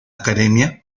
academia